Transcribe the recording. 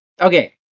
Okay